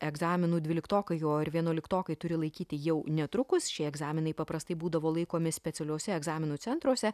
egzaminų dvyliktokai jo ir vienuoliktokai turi laikyti jau netrukus šie egzaminai paprastai būdavo laikomi specialiuose egzaminų centruose